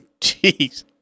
jeez